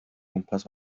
gwmpas